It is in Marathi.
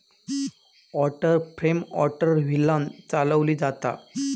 वॉटर फ्रेम वॉटर व्हीलांन चालवली जाता